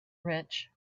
rich